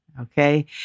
Okay